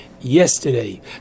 yesterday